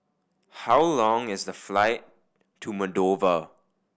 how long is the flight to Moldova